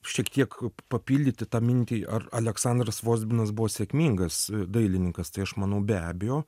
šiek tiek papildyti tą mintį ar aleksandras vozbinas buvo sėkmingas dailininkas tai aš manau be abejo